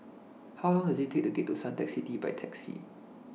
How Long Does IT Take to get to Suntec City By Taxi